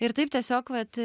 ir taip tiesiog vat